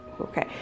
Okay